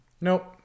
Nope